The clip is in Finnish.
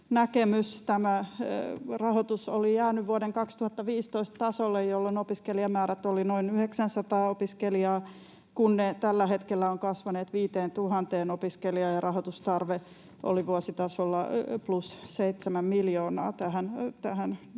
Tämä rahoitus oli jäänyt vuoden 2015 tasolle, jolloin opiskelijamäärät olivat noin 900 opiskelijaa, kun ne tällä hetkellä ovat kasvaneet 5 000 opiskelijaan ja rahoitustarve oli vuositasolla plus 7 miljoonaa tähän